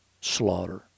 slaughter